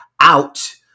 out